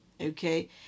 okay